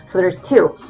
so there's two.